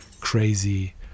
crazy